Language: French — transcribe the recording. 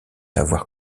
avoir